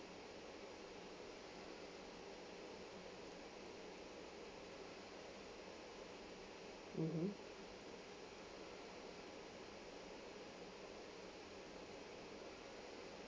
mmhmm